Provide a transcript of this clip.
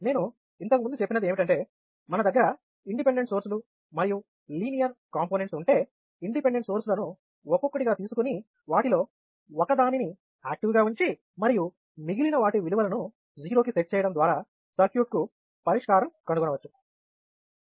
నేను ఇంతకు ముందు చెప్పినది ఏమిటంటే మన దగ్గర ఇండిపెండెంట్ సోర్స్ లు మరియు లీనియర్ కాంపోనెంట్స్ ఉంటే ఇండిపెండెంట్ సోర్సెస్ లను ఒక్కొక్కటిగా తీసుకొని వాటిలో ఒక దానిని యాక్టివ్ గా ఉంచి మరియు మిగిలిన వాటి విలువలను '0' కి సెట్ చేయడం ద్వారా సర్క్యూట్కు పరిష్కారం కనుగొనవచ్చు